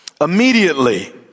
Immediately